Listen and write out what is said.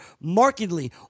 markedly